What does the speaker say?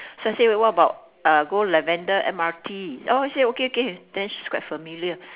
so I said what about uh go lavender M_R_T orh she say okay okay then she's quite familiar